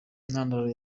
intandaro